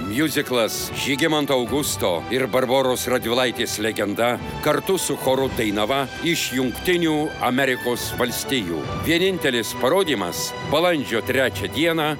miuziklas žygimanto augusto ir barboros radvilaitės legenda kartu su choru dainava iš jungtinių amerikos valstijų vienintelis parodymas balandžio trečią dieną